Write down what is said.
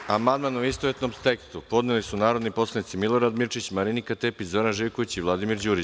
Na član 3. amandman u istovetnom tekstu podneli su narodni poslanici Milorad Mirčić, Marinika Tepić, Zoran Živković i Vladimir Đurić.